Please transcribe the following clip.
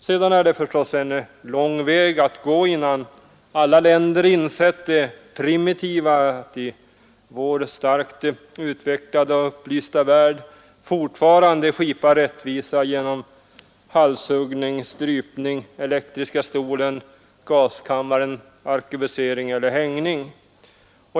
Sedan är det förstås en lång väg att gå innan alla länder insett det primitiva i att i vår starkt utvecklade och upplysta värld fortfarande skipa rättvisa genom halshuggning, strypning, elektriska stolen, gaskammaren, arkebusering eller hängning.